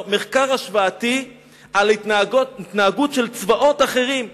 כלומר, מחקר השוואתי על התנהגות של צבאות אחרים.